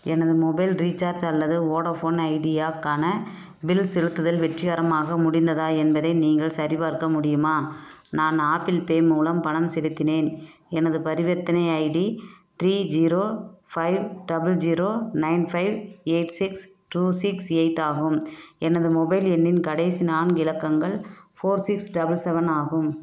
எனது mobile recharge அல்லது Vodafone ஐடியாக்கான பில் செலுத்துதல் வெற்றிகரமாக முடிந்ததா என்பதை நீங்கள் சரிபார்க்க முடியுமா நான் ஆப்பிள் பே மூலம் பணம் செலுத்தினேன் எனது பரிவர்த்தனை ID three zero five double zero nine five eight six two six eight ஆகும் எனது மொபைல் எண்ணின் கடைசி நான்கு இலக்கங்கள் ஃபோர் சிக்ஸ் டபுள் செவன் ஆகும்